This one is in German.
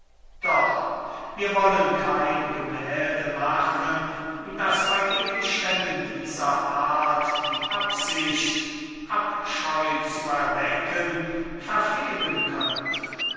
erweitern doch wir wollen kein gemälde machen das bei gegenständen dieser art die absicht abscheu zu erwecken bei manchen verfehlen möchte